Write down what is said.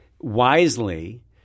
wisely